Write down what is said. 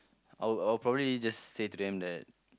I'll I'll probably just say to them that